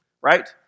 Right